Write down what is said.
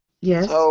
Yes